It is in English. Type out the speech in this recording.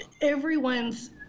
everyone's